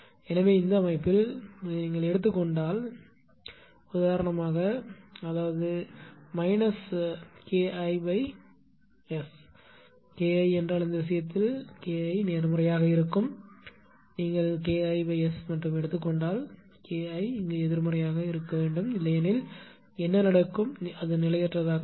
எனவே இந்த அமைப்பில் நீங்கள் எடுத்துக் கொண்டால் இந்த விஷயத்தில் நீங்கள் உதாரணமாக எடுத்துக் கொண்டால் அதாவது K IS நாம் K I என்றால் இந்த விஷயத்தில் K I நேர்மறையாக இருக்கும் நீங்கள் K IS மட்டும் எடுத்துக் கொண்டால் K I எதிர்மறையாக இருக்க வேண்டும் இல்லையெனில் என்ன நடக்கும் நிலையற்றதாக மாறும்